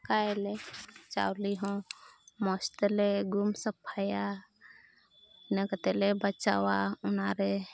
ᱫᱟᱠᱟᱭᱟᱞᱮ ᱪᱟᱣᱞᱮ ᱦᱚᱸ ᱢᱚᱡᱽ ᱛᱮᱞᱮ ᱜᱩᱢ ᱥᱟᱯᱦᱟᱭᱟ ᱤᱱᱟᱹ ᱠᱟᱛᱮ ᱞᱮ ᱵᱟᱪᱷᱟᱣᱟ ᱚᱱᱟᱨᱮ